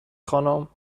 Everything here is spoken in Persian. خانم